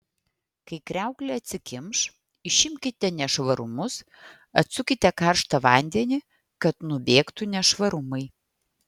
kai kriauklė atsikimš išimkite nešvarumus atsukite karštą vandenį kad nubėgtų nešvarumai